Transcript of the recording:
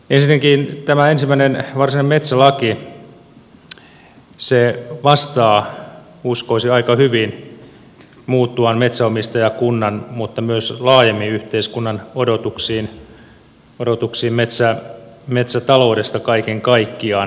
ensinnäkin tämä ensimmäinen varsinainen metsälaki vastaa uskoisin aika hyvin muuttuvan metsänomistajakunnan mutta myös laajemmin yhteiskunnan odotuksiin metsätaloudesta kaiken kaikkiaan